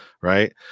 right